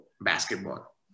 basketball